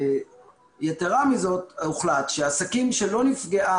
יתרה מזאת הוחלט שעסקים שלא נפגעה